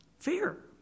fear